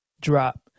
drop